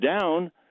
down